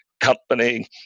Company